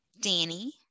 Danny